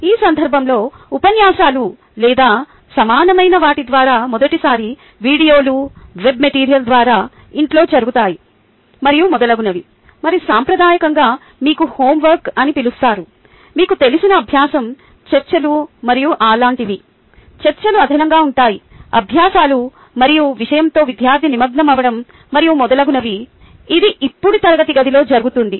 ఈ సందర్భంలో ఉపన్యాసాలు లేదా సమానమైన వాటి ద్వారా మొదటిసారి వీడియోలు వెబ్ మెటీరియల్ ద్వారా ఇంట్లో జరుగుతాయి మరియు మొదలగునవి మరియు సాంప్రదాయకంగా మీకు హోంవర్క్ అని పిలుస్తారు మీకు తెలిసిన అభ్యాసం చర్చలు మరియు అలాంటివి చర్చలు అదనంగా ఉంటాయి అభ్యాసాలు మరియు విషయంతో విద్యార్థి నిమగ్నమవడం మరియు మొదలగునవి ఇది ఇప్పుడు తరగతి గదిలో జరుగుతుంది